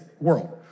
world